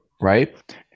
right